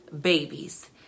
Babies